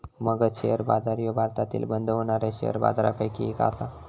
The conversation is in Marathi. मगध शेअर बाजार ह्यो भारतातील बंद होणाऱ्या शेअर बाजारपैकी एक आसा